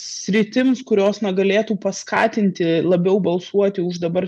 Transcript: sritims kurios na galėtų paskatinti labiau balsuoti už dabar